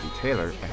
Taylor